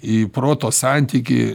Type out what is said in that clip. į proto santykį